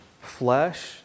flesh